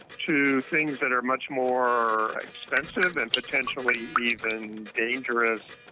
to things that are much more extensive and potentially even dangerous,